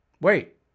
Wait